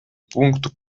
пункту